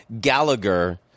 Gallagher